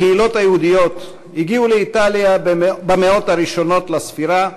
הקהילות היהודיות הגיעו לאיטליה במאות הראשונות לספירה,